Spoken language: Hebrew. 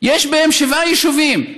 ויש בהן שבעה יישובים.